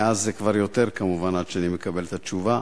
מאז זה כבר יותר, כמובן, עד שאני מקבל את התשובה,